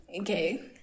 okay